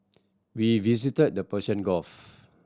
we visited the Persian Gulf